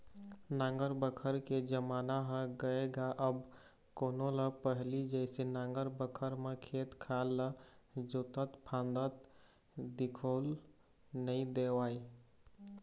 नांगर बखर के जमाना ह गय गा अब कोनो ल पहिली जइसे नांगर बखर म खेत खार ल जोतत फांदत दिखउल नइ देवय